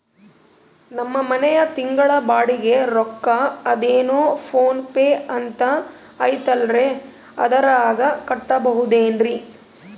ನಮ್ಮ ಮನೆಯ ತಿಂಗಳ ಬಾಡಿಗೆ ರೊಕ್ಕ ಅದೇನೋ ಪೋನ್ ಪೇ ಅಂತಾ ಐತಲ್ರೇ ಅದರಾಗ ಕಟ್ಟಬಹುದೇನ್ರಿ?